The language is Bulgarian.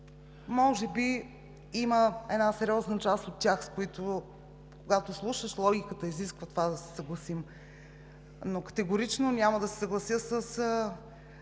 Може би има сериозна част от тях, с които, когато слушаме логиката, изисква това да се съгласим. Но категорично няма да се съглася с